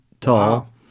tall